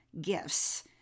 gifts